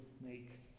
make